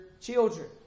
children